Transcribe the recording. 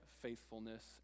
faithfulness